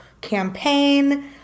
campaign